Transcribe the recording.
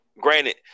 granted